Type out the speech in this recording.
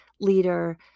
leader